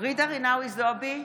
ג'ידא רינאוי זועבי,